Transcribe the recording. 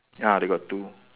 ya they got two